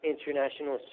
International